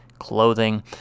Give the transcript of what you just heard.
clothing